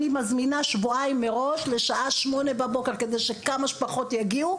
אני מזמינה שבועיים מראש לשעה 08:00 בבוקר כדי שכמה שפחות יגיעו,